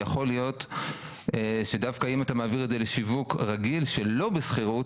יכול להיות שדווקא אם אתה מעביר את זה לשיווק רגיל שלא בשכירות,